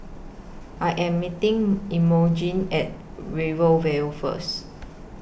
I Am meeting Imogene At Rivervale First